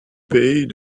pays